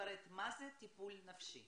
לפרט מה זה מבחינתכם טיפול נפשי?